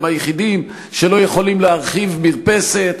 הם היחידים שלא יכולים להרחיב מרפסת,